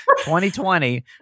2020